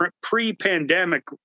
pre-pandemic